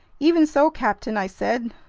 even so, captain, i said,